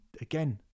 again